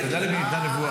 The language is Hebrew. אתה יודע למי ניתנה הנבואה.